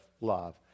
love